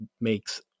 makes